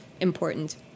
important